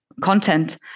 content